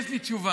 יש לי תשובה.